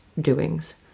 doings